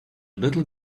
little